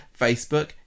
Facebook